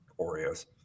Oreos